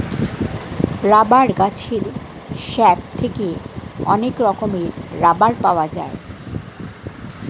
rubber গাছের sap থেকে অনেক রকমের রাবার পাওয়া যায়